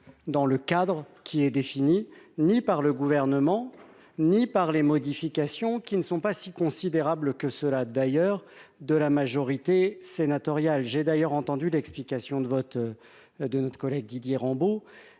dans le cadre qui est défini ni par le gouvernement, ni par les modifications qui ne sont pas si considérable que cela d'ailleurs de la majorité sénatoriale, j'ai d'ailleurs entendu l'explication de vote de notre collègue Didier Rambaud